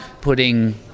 putting